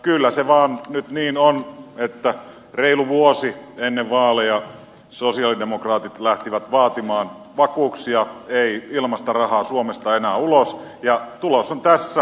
kyllä se vaan nyt niin on että reilu vuosi ennen vaaleja sosialidemokraatit lähtivät vaatimaan vakuuksia ei ilmaista rahaa suomesta enää ulos ja tulos on tässä